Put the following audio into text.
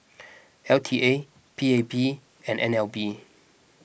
L T A P A P and N L B